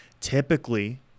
typically